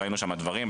ראינו שם דברים.